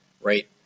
right